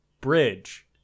bridge